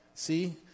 See